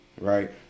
Right